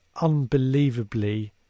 unbelievably